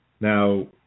Now